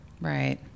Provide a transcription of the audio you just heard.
Right